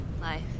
life